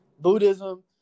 Buddhism